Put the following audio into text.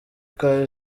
kwa